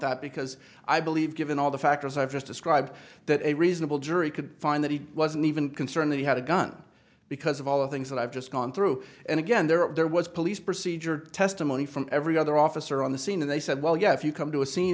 that because i believe given all the factors i've just described that a reasonable jury could find that he wasn't even concerned that he had a gun because of all the things that i've just gone through and again there was police procedure testimony from every other officer on the scene and they said well yeah if you come to a scene